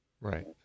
Right